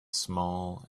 small